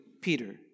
Peter